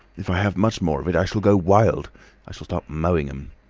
if i have much more of it, i shall go wild i shall start mowing em.